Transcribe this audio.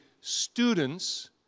students